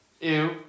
ew